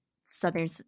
Southern